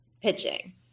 pitching